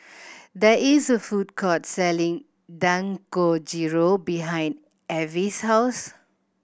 there is a food court selling Dangojiru behind Avie's house